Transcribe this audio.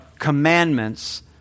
commandments